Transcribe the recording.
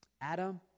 Adam